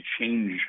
change